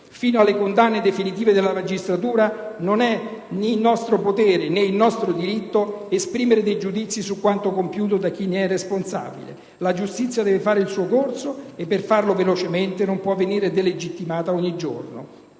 Fino alle condanne definitive della magistratura non è in nostro potere né in nostro diritto esprimere dei giudizi su quanto compiuto da chi ne è responsabile. La giustizia deve fare il suo corso e per farlo velocemente non può venire delegittimata ogni giorno.